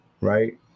right